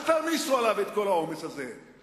אל תעמיסו עליו את כל העומס הזה.